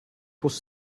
was